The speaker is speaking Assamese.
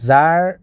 যাৰ